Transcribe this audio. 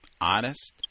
honest